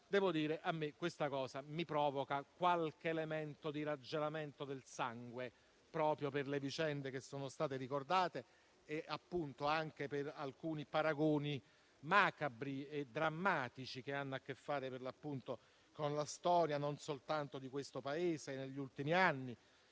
Devo dire che a me ciò provoca qualche elemento di raggelamento del sangue, proprio per le vicende che sono state ricordate e anche per alcuni paragoni macabri e drammatici che hanno a che fare con la storia non soltanto di questo Paese degli ultimi anni.